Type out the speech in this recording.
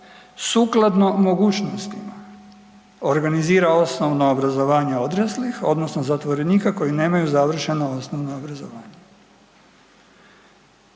sukladno mogućnostima organizira osnovno obrazovanje odraslih odnosno zatvorenika koji nemaju završenu osnovno obrazovanje.“